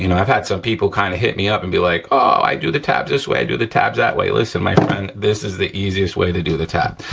you know i've had some people kind of hit me up and be like oh i do the tabs this way, i do the tabs that way, listen my friend, this is the easiest way to do the tab.